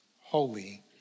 Holy